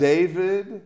David